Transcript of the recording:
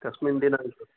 कस्मिन् दिनाङ्के